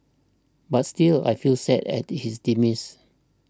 but still I feel sad at his demise